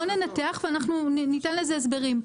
בוא ננתח, וניתן לזה הסברים.